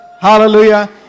hallelujah